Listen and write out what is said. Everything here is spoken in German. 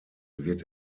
wird